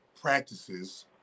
practices